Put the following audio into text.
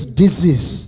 disease